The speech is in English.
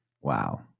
Wow